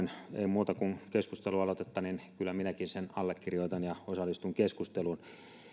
muuta kuin keskustelualoitetta niin kyllä minäkin sen allekirjoitan ja osallistun keskusteluun